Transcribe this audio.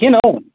किन हौ